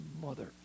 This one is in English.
mother